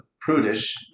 Prudish